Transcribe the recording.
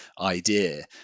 idea